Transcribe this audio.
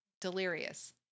delirious